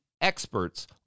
experts